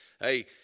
Hey